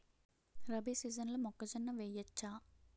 రబీ సీజన్లో మొక్కజొన్న వెయ్యచ్చా?